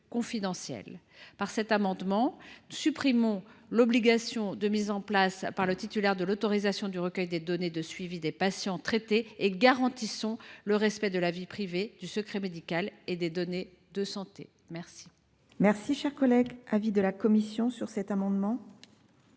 Par cet amendement, supprimons l’obligation de mise en place par le détenteur de l’autorisation du recueil des données de suivi des patients traités et garantissons le respect de la vie privée, du secret médical et des données de santé. Quel est l’avis de la commission ? Il est